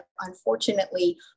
unfortunately